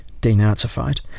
denazified